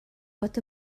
bod